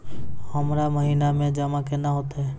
हमरा महिना मे जमा केना हेतै?